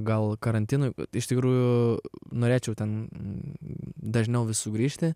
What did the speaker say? gal karantinui iš tikrųjų norėčiau ten dažniau vis sugrįžti